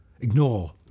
ignore